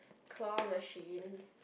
claw machines